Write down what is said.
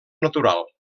natural